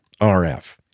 RF